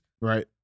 Right